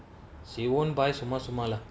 she won't buy சும்மா சும்மா:summaa summaa lah